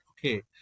okay